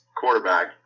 quarterback